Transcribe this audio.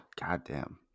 Goddamn